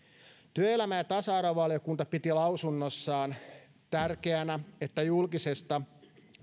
työelämä ja tasa arvovaliokunta piti lausunnossaan tärkeänä että julkisesta